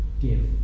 give